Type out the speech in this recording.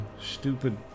stupid